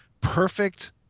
perfect